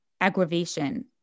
aggravation